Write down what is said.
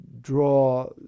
draw